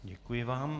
Děkuji vám.